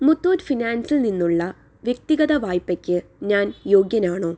മുത്തൂറ്റ് ഫിനാൻസിൽ നിന്നുള്ള വ്യക്തിഗത വായ്പയ്ക്ക് ഞാൻ യോഗ്യനാണോ